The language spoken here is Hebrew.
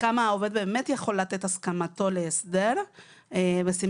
העובד באמת יכול לתת את הסכמתו להסדר ובשים